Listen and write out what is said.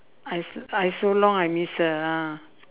I I so long I miss her ah